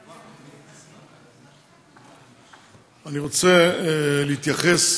אני רוצה להתייחס